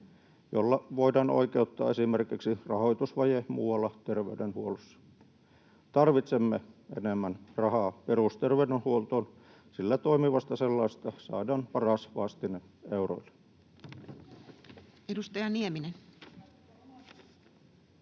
jolla voidaan oikeuttaa esimerkiksi rahoitusvaje muualla terveydenhuollossa. Tarvitsemme enemmän rahaa perusterveydenhuoltoon, sillä toimivasta sellaisesta saadaan paras vastine euroille. [Anne